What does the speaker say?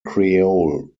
creole